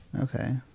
Okay